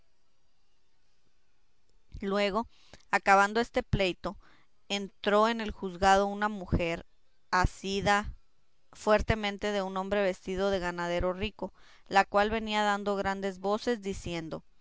luego acabado este pleito entró en el juzgado una mujer asida fuertemente de un hombre vestido de ganadero rico la cual venía dando grandes voces diciendo